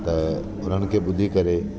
त उन्हनि खे ॿुधी करे